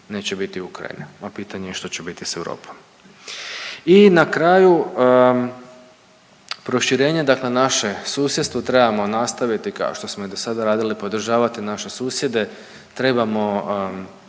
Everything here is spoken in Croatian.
neće biti Ukrajine, a pitanje je što će biti s Europom. I na kraju proširenje dakle naše susjedstvo trebamo nastaviti kao što smo i do sada radili podržavati naše susjede, trebamo